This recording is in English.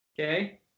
Okay